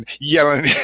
yelling